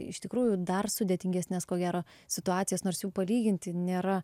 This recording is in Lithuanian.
iš tikrųjų dar sudėtingesnes ko gero situacijas nors jų palyginti nėra